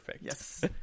yes